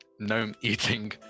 gnome-eating